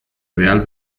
real